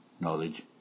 knowledge